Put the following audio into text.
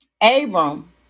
Abram